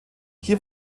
hier